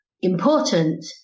important